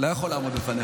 אני לא יכול לעמוד בפניך.